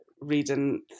reading